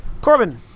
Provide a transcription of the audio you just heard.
Corbin